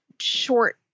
short